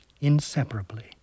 inseparably